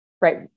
right